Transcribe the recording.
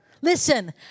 Listen